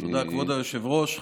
תודה, כבוד היושב-ראש.